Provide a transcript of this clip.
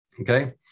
Okay